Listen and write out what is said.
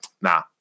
Nah